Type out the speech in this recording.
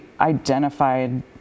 identified